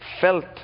felt